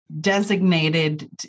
designated